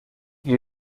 new